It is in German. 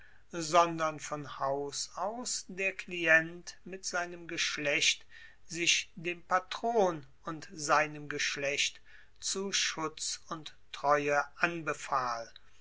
sondern von haus aus der klient mit seinem geschlecht sich dem patron und seinem geschlecht zu schutz und treue anbefahl